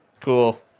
Cool